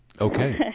Okay